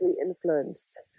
influenced